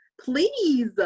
Please